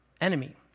enemy